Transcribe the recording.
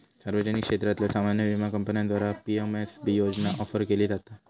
सार्वजनिक क्षेत्रातल्यो सामान्य विमा कंपन्यांद्वारा पी.एम.एस.बी योजना ऑफर केली जाता